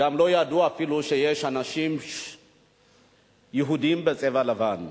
הם אפילו גם לא ידעו שיש יהודים בצבע לבן,